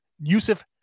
Yusuf